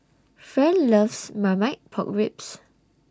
Fern loves Marmite Pork Ribs